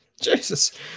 Jesus